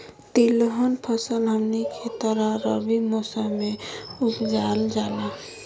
तिलहन फसल हमनी के तरफ रबी मौसम में उपजाल जाला